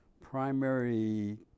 primary